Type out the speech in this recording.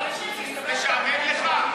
משעמם לך?